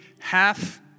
half